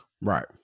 right